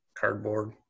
Cardboard